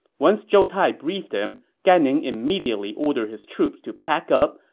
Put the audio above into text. once zhou tai briefed him, gan ning immediately ordered his troops to pack up,